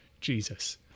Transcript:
Jesus